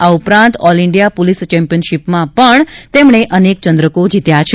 આ ઉપરાંત all India police ચેમ્પીયનશીપમાં પણ તેમણે અનેક ચંદ્રકો જીત્યા છે